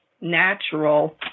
natural